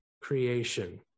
creation